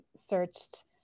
searched